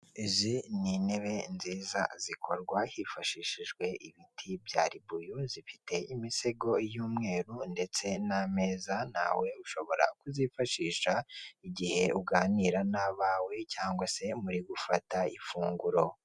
Aha ngaha hari ameza yicayeho abantu bane harimo umugore umwe ndetse n'abagabo batatu, bicaye ku ntebe nziza cyane bose imbere yabo hari indangururamajwi kugirango ngo babashe kumvikana, hakaba hari kandi n'uducupa tw'amazi atunganywa n'uruganda ruzwi cyane mu Rwanda mu gutunganya ibyo kunywa rw'inyange